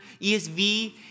ESV